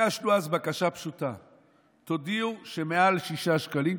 ביקשנו אז בקשה פשוטה: תודיעו שמעל 6 שקלים,